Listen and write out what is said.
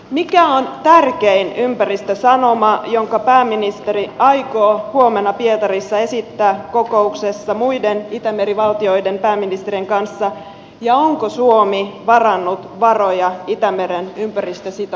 mikä on tärkein ympäristösanoma jonka pääministeri aikoo huomenna pietarissa esittää kokouksessa muiden itämeri valtioiden pääministerien kanssa ja onko suomi varannut varoja itämeren ympäristösitoumuksiin